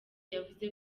yavuze